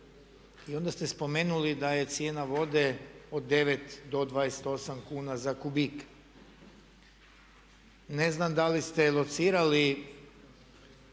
I onda ste spomenuli da je cijena vode od 9 do 28 kuna za kubik. Ne znam da li ste locirali